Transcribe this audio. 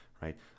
right